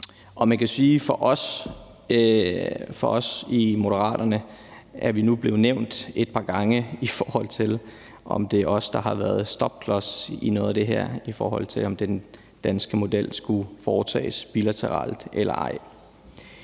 og man kan jo sige, at vi i Moderaterne nu er blevet nævnt et par gange, i forbindelse med om det er os, der har været en stopklods i forhold til noget af det her med, om den danske model skulle foretages bilateralt eller ej.